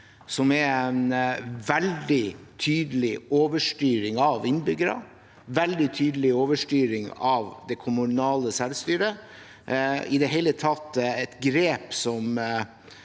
som er en veldig tydelig overstyring av innbyggerne og en veldig tydelig overstyring av det kommunale selvstyret. Det er i det hele tatt et grep som